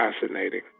fascinating